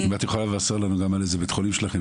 אם את יכולה לבשר לנו גם על איזה בית חולים שלכם